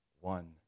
one